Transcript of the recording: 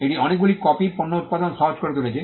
এটি অনেকগুলি কপি পণ্য উত্পাদন সহজ করে তুলেছে